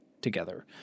together